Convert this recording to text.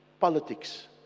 politics